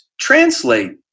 translate